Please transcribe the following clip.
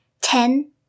ten